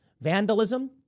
vandalism